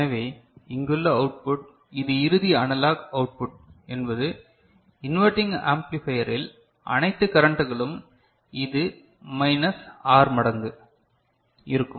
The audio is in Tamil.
எனவே இங்குள்ள அவுட்புட் இது இறுதி அனலாக் அவுட் புட் என்பது இன்வெர்டிங் ஆம்ப்ளிபையரில் அனைத்து கரண்ட்களும் இது மைனஸ் ஆர் மடங்கு இருக்கும்